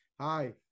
Hi